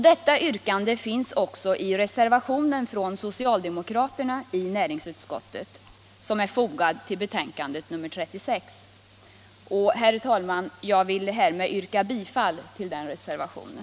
Detta yrkande finns också i reservationen från socialdemokraterna i utskottet som är fogad till betänkandet nr 36. Herr talman! Jag vill härmed yrka bifall till reservationen.